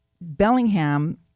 Bellingham